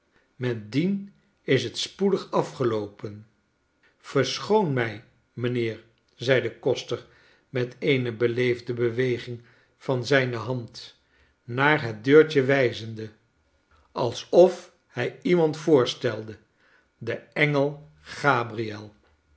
met dien is het spoedig afgeloopen verschoon mij mynheer zei de koster met eene beleefde beweging van zijne hand naar het deurtje wijzende alsof hij iemand voorstelde de engel gabriel